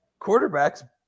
quarterbacks